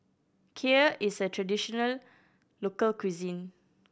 kheer is a traditional local cuisine